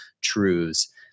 truths